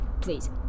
Please